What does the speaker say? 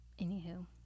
Anywho